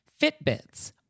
Fitbits